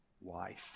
wife